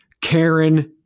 Karen